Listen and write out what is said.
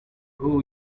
who